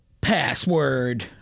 password